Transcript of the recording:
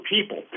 people